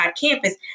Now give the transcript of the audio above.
campus